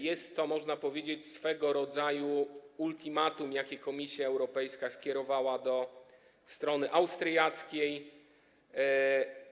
Jest to, można powiedzieć, swego rodzaju ultimatum, jakie Komisja Europejska skierowała do strony austriackiej.